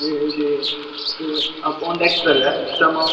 ആ ഇത് ആ കോൺട്രാക്ടറല്ലേ എന്നാ